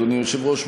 אדוני היושב-ראש,